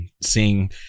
seeing